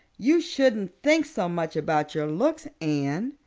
you shouldn't think so much about your looks, anne.